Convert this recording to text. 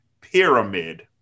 pyramid